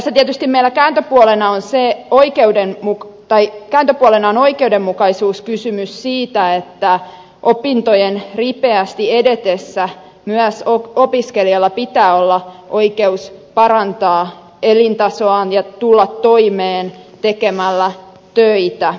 tässä tietysti menettää huolena on se oikeuden mukaan meillä kääntöpuolena on oikeudenmukaisuuskysymys siitä että opintojen ripeästi edetessä myös opiskelijalla pitää olla oikeus parantaa elintasoaan ja tulla toimeen tekemällä töitä